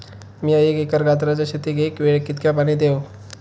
मीया एक एकर गाजराच्या शेतीक एका वेळेक कितक्या पाणी देव?